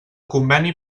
conveni